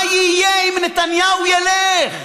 מה יהיה אם נתניהו ילך?